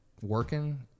working